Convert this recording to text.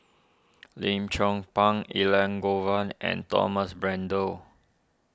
Lim Chong Pang Elangovan and Thomas Braddell